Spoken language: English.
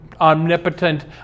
omnipotent